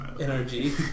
energy